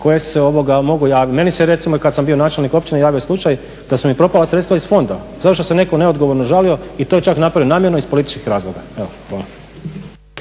koji se mogu javiti. Meni se recimo kad sam bio načelnik općine javio slučaj da su mi propala sredstva iz fonda zato što se netko neodgovorno žalio i to je čak napravio namjerno iz političkih razloga.